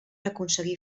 aconseguir